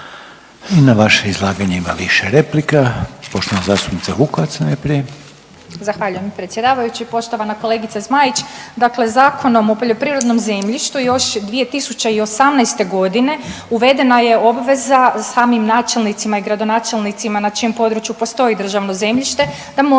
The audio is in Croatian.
Na vaše izlaganje ima više replika. Poštovana zastupnica Vukovac najprije. **Vukovac, Ružica (Nezavisni)** Zahvaljujem predsjedavajući, poštovana kolegice Zmaić. Dakle Zakonom o poljoprivrednom zemljištu još 2018. g. uvedena je obveza samim načelnicima i gradonačelnicima na čijem području postoji državno zemljište, da moraju